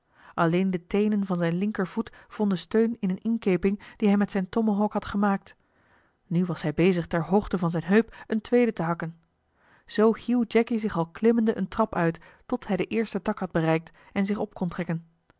alleen de teenen van zijn linkervoet vonden steun in eene inkeping die hij met zijn tomahawk had gemaakt nu was hij bezig ter hoogte van zijne heup eene tweede te hakken zoo hieuw jacky zich al klimmende eene trap uit tot hij den eersten tak had bereikt en zich op